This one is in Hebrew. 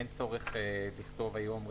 אין צורך לכתוב היום.